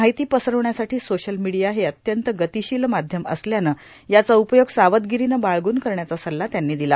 माहिती पसरवण्यासाठी social media हे अत्यंत गतीशिल माध्यम असल्यानं याचा उपयोग सावधगिरीनं बाळगून करण्याचा सल्ला त्यांनी दिला